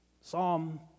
psalm